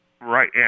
Right